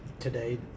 Today